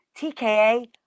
tka